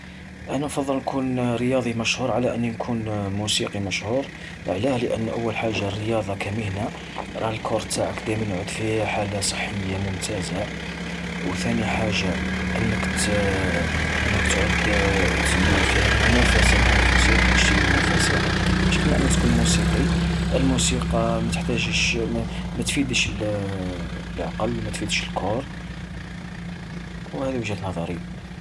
أنا نفضل نكون رياضي مشهور، على أني نكون موسيقي مشهور، علاه؟ لأن أول حاجة الرياضة كمهنة راه الكور تاعك يعود في حالة صحية ممتازة. وثاني حاجة، أنك ت تعود تعود ل-فيها المنافسة و انا نشتي المنافسة، مش كيما انك تكون موسيقي، الموسيقى ماتحتاجش متفيدش العقل متفيدش الكور. وهذي وجهة نظري.